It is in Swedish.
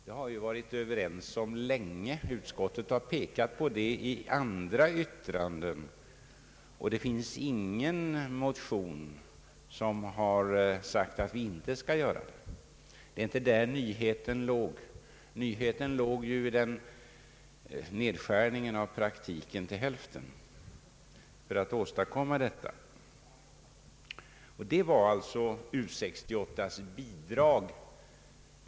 Det har vi varit överens om länge, och utskottet har pekat på detta i andra yttranden. Det finns ingen motion som sagt att vi inte skall göra det. Det var inte där som nyheten låg, utan i att praktiken skulle nedskäras till hälften för att åstadkomma detta. Det var alltså U 68:s bidrag.